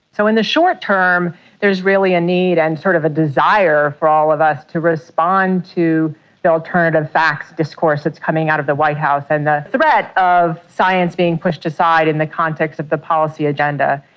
so in the short term there is really a need and sort of a desire for all of us to respond to the alternative facts discourse that is coming out of the white house, and the threat of science being pushed aside in the context of the policy agenda.